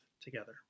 together